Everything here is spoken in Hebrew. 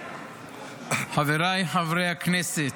חבריי חברי הכנסת,